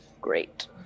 great